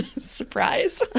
Surprise